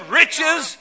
riches